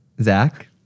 Zach